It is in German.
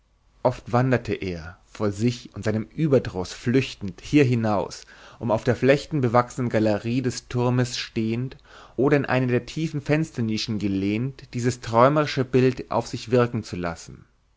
oft wanderte er vor sich und seinem überdruß flüchtend hier hinaus um auf der flechtenbewachsenen galerie des turmes stehend oder in eine der tiefen fensternischen gelehnt dieses träumerische bild auf sich wirken zu lassen